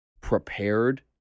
prepared